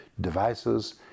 devices